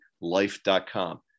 life.com